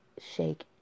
shake